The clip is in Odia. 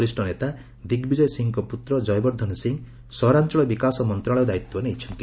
ବରିଷ୍ଠ ନେତା ଦିଗ୍ ବିଜୟ ସିଂଙ୍କ ପୁତ୍ର ଜୟବର୍ଦ୍ଧନ ସିଂ ସହରାଞ୍ଚଳ ବିକାଶ ମନ୍ତ୍ରଣାଳୟ ଦାୟିତ୍ୱ ନେଇଛନ୍ତି